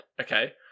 okay